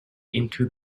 into